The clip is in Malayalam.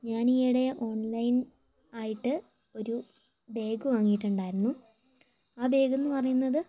ഞാൻ ഇയ്യിടെ ഓൺലൈൻ ആയിട്ട് ഒരു ബാഗ് വാങ്ങിയിട്ടുണ്ടായിരുന്നു ആ ബാഗ് എന്നുപറയുന്നത്